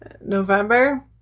November